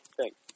Thanks